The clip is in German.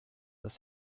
das